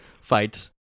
fight